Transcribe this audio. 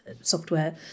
software